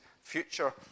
future